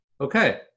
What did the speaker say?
Okay